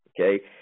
okay